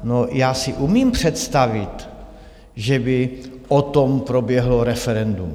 No, já si umím představit, že by o tom proběhlo referendum.